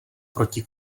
proti